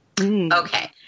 Okay